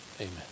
Amen